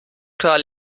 klar